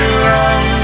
wrong